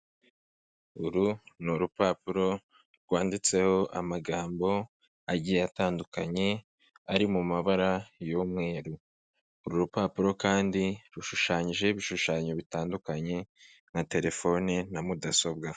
Uru ni urupapuro rwanditseho amagambo agiye atandukanye ari mu mabara y'umweru. Uru rupapuro kandi rushushanyijeho ibishushanyo bitandukanye nka terefone na mudasobwa.